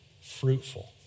fruitful